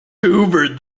hoovered